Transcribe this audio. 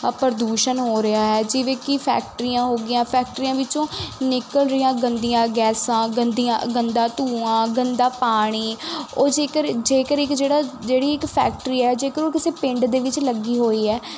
ਪ੍ਰਦੂਸ਼ਣ ਹੋ ਰਿਹਾ ਹੈ ਜਿਵੇਂ ਕਿ ਫੈਕਟਰੀਆਂ ਹੋ ਗਈਆਂ ਫੈਕਟਰੀਆਂ ਵਿੱਚੋਂ ਨਿਕਲ ਰਹੀਆਂ ਗੰਦੀਆਂ ਗੈਸਾਂ ਗੰਦੀਆਂ ਗੰਦਾ ਧੂੰਆਂ ਗੰਦਾ ਪਾਣੀ ਉਹ ਜੇਕਰ ਜੇਕਰ ਇੱਕ ਜਿਹੜਾ ਜਿਹੜੀ ਇੱਕ ਫੈਕਟਰੀ ਆ ਜੇਕਰ ਉਹ ਕਿਸੇ ਪਿੰਡ ਦੇ ਵਿੱਚ ਲੱਗੀ ਹੋਈ ਹੈ ਤਾਂ